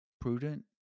prudent